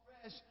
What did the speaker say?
fresh